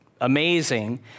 amazing